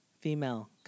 Female